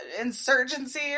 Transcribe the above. insurgency